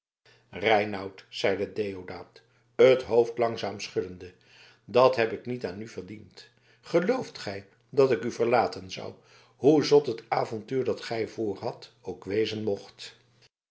reinout zeide deodaat het hoofd langzaam schuddende dat heb ik niet aan u verdiend gelooft gij dat ik u verlaten zou hoe zot het avontuur dat gij voorhadt ook wezen mocht